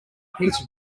pizza